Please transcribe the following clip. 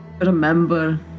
remember